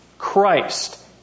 Christ